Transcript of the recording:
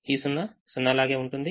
ఈ 0 0 లాగే ఉంటుంది